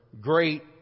great